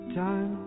time